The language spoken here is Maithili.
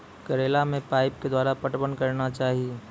करेला मे पाइप के द्वारा पटवन करना जाए?